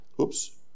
oops